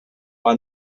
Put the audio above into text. mar